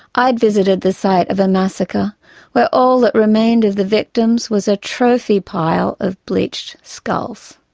i'd visited the site of a massacre where all that remained of the victims was a trophy pile of bleached skulls.